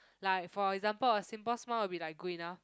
like for example a simple smile will be like good enough